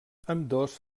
ambdós